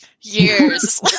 years